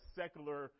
secular